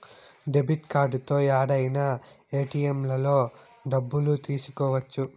debit కార్డుతో యాడైనా ఏటిఎంలలో డబ్బులు తీసుకోవచ్చు